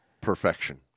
perfection